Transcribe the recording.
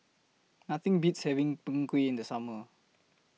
Nothing Beats having Png Kueh in The Summer